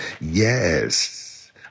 yes